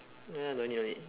no no need no need